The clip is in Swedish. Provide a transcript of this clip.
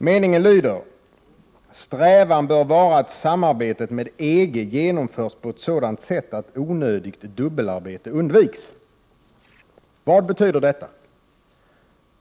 Meningen lyder: 14 december 1988 ”Strävan bör vara att samarbetet med EG genomförs på ett sådant sätt att onödigt dubbelarbete undviks.” Vad betyder detta?